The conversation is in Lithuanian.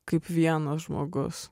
kaip vienas žmogus